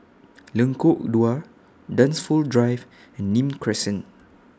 Lengkok Dua Dunsfold Drive and Nim Crescent